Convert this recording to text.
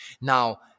Now